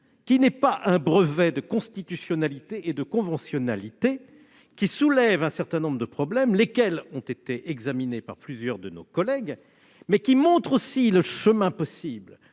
qui n'est pas un brevet de constitutionnalité et de conventionnalité et qui soulève un certain nombre de problèmes examinés par plusieurs de collègues, mais qui montre aussi le chemin à